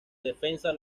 defensa